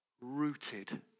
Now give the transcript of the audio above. rooted